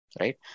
right